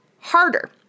Harder